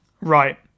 Right